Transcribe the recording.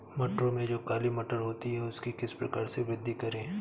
मटरों में जो काली मटर होती है उसकी किस प्रकार से वृद्धि करें?